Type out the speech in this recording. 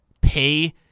Pay